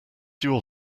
your